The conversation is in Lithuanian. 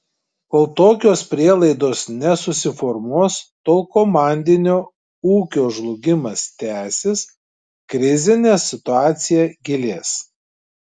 kol tokios prielaidos nesusiformuos tol komandinio ūkio žlugimas tęsis krizinė situacija gilės